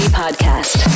podcast